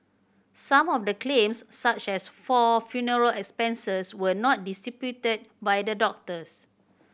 some of the claims such as for funeral expenses were not disputed by the doctors